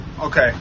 Okay